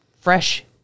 fresh